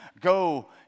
Go